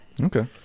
Okay